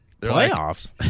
Playoffs